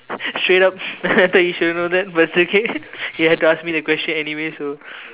straight up I thought you should know that but it's okay you had to ask me that question anyways so